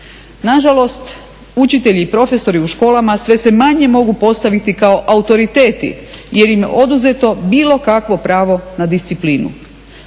Nažalost, učitelji i profesori u školama sve se manje mogu postaviti kao autoriteti jer im je oduzeto bilo kakvo pravo na disciplinu.